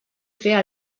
fer